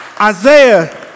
Isaiah